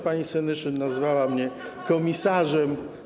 Pani Senyszyn nazwała mnie komisarzem.